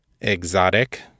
Exotic